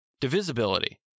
divisibility